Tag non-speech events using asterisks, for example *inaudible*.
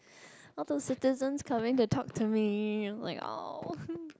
*breath* all the citizens coming to talk to me like !aww! *noise*